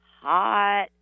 hot